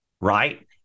right